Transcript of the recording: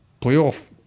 playoff